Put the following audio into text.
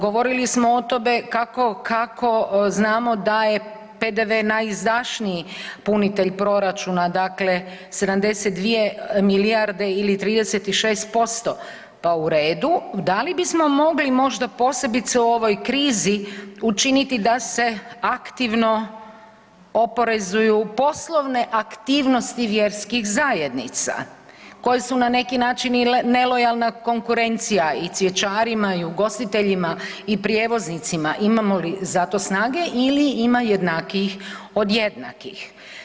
Govorili smo o tome kako znamo da je PDV najizdašniji punitelj proračuna, dakle 72 milijarde ili 36% pa u redu, da li bismo mogli možda posebice u ovoj krizi učiniti da se aktivno oporezuju poslovne aktivnosti vjerskih zajednica koje su na neki način i nelojalna konkurencija i cvjećarima i ugostiteljima i prijevoznicima imamo li za to snage ili ima li jednakijih od jednakih.